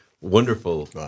Wonderful